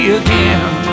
again